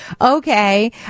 okay